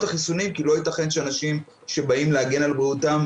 החיסונים כי לא יתכן שאנשים שבאים להגן על בריאותם,